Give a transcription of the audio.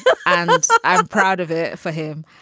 so and ah so i'm proud of it for him.